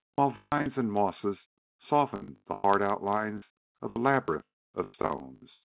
while vines and mosses softened the hard outlines of the labyrinth of stones.